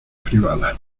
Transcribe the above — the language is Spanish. privadas